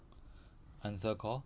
answer call